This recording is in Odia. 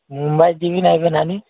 ମୁମ୍ବାଇ ଯିବି ନାଇଁ ପା ନାନୀ